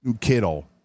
Kittle